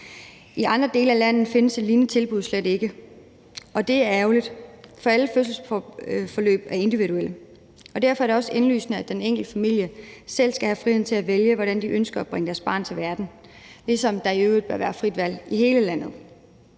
I andre dele af landet findes et lignende tilbud slet ikke, og det er ærgerligt, for alle fødselsforløb er individuelle. Derfor er det også indlysende, at den enkelte familie selv skal have friheden til at vælge, hvordan den ønsker at bringe sit barn til verden, ligesom der i øvrigt bør være frit valg i hele landet.